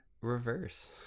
reverse